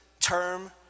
term